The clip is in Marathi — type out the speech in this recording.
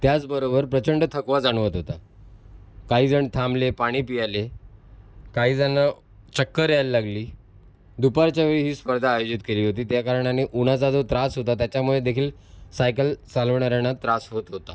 त्याचबरोबर प्रचंड थकवा जाणवत होता काही जण थांबले पाणी प्याले काही जणं चक्कर यायला लागली दुपारच्या वेळी ही स्पर्धा आयोजित केली होती त्या कारणानी उन्हाचा जो त्रास होता त्याच्यामुळे देखील सायकल चालवणाऱ्याना त्रास होत होता